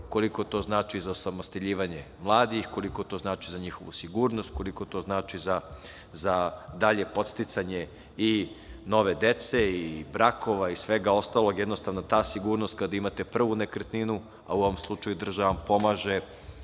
koliko to znači za osamostaljivanje mladih, koliko to znači za njihovu sigurnost, koliko to znači za dalje podsticanje i nove dece i brakova i svega ostalog, jednostavno, ta sigurnost kad imate prvu nekretninu, a u ovom slučaju država vam pomaže